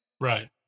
right